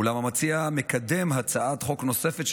אולם המציע מקדם הצעת חוק נוספת,